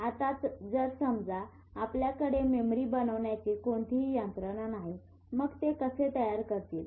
आता जर समजा आपल्याकडे मेमरी बनवण्याची कोणतीही यंत्रणा नाहीमग ते कसे तयार करतील